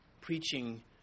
preaching